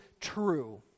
true